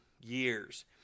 years